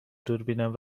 دوربینم